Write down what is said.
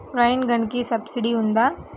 Rain గన్కి subsidy ఉందా?